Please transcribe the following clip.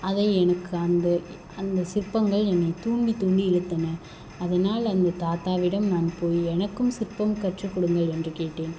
அதை எனக்கு அந்த அந்த சிற்பங்கள் என்னை தூண்டி தூண்டி இழுத்தன அதனால் அந்த தாத்தாவிடம் நான் போய் எனக்கும் சிற்பம் கற்றுக்கொடுங்கள் என்று கேட்டேன்